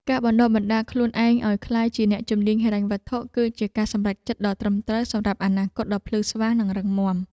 ការបណ្តុះបណ្តាលខ្លួនឯងឱ្យក្លាយជាអ្នកជំនាញហិរញ្ញវត្ថុ គឺជាការសម្រេចចិត្តដ៏ត្រឹមត្រូវសម្រាប់អនាគតដ៏ភ្លឺស្វាងនិងរឹងមាំ។